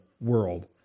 world